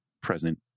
present